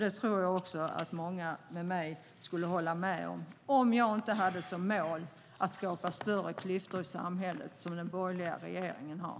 Det tror jag också att många med mig skulle hålla med om, om jag inte hade som mål att skapa större klyftor i samhället som den borgerliga regeringen har.